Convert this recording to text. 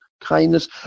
kindness